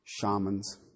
shamans